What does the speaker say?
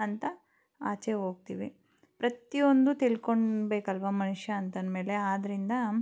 ಅಂತ ಆಚೆ ಹೋಗ್ತೀವಿ ಪ್ರತಿಯೊಂದು ತಿಳ್ಕೊಳ್ಬೇಕಲ್ವಾ ಮನುಷ್ಯ ಅಂತಂದ್ಮೇಲೆ ಆದ್ದರಿಂದ